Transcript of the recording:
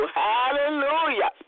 hallelujah